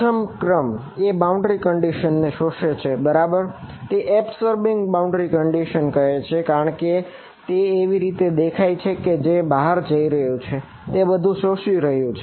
પ્રથમ ક્રમ એ બાઉન્ડ્રી કંડીશન કહે છે કારણ કે તે એવી રીતે દેખાય છે કે જે બહાર જઈ રહ્યું છે તે બધું શોષી રહ્યું છે